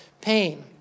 pain